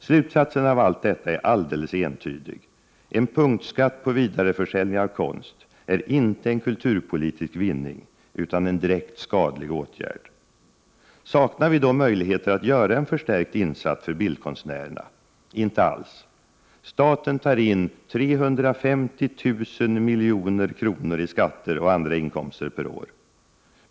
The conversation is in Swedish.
Slutsatsen av allt detta är alldeles entydig: en punktskatt på vidareförsäljning av konst är inte en kulturpolitisk vinning utan en direkt skadlig åtgärd. Saknar vi då möjligheter att göra en förstärkt insats för bildkonstnärerna? Inte alls. Staten tar in 350 000 milj.kr. i skatter och andra inkomster per år.